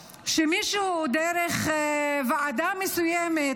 שמישהו, דרך ועדה מסוימת